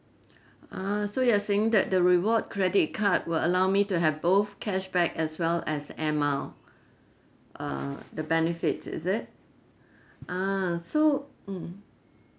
ah so you're saying that the reward credit card will allow me to have both cashback as well as air mile err the benefits is it ah so mm